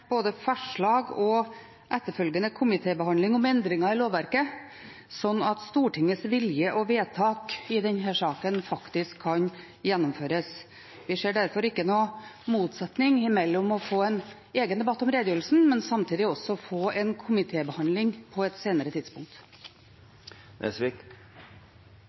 både forslag og etterfølgende komitébehandling om endringer i lovverket, slik at Stortingets vilje og vedtak i denne saken faktisk kan gjennomføres. Vi ser derfor ingen motsetning mellom å få en egen debatt om redegjørelsen og samtidig også få en komitébehandling på et senere